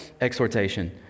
exhortation